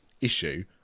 issue